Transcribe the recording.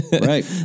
right